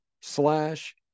slash